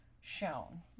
shown